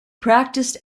practised